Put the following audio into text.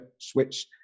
switch